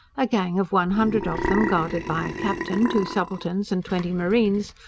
a gang of one hundred of them, guarded by a captain, two subalterns and twenty marines,